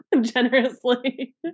generously